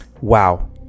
Wow